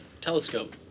telescope